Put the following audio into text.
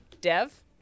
Dev